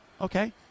Okay